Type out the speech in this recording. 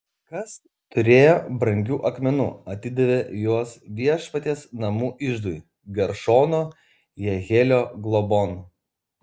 kas turėjo brangių akmenų atidavė juos viešpaties namų iždui geršono jehielio globon